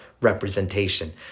representation